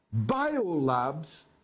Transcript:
biolabs